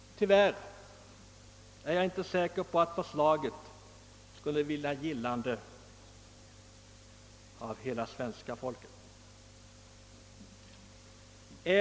Tyvärr är jag inte säker på att ett sådant förslag skulle vinna gillande av hela svenska folket.